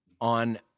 on